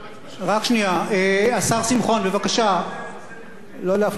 בבקשה לא להפנות אלינו את גבך אף כי מראהו נאה.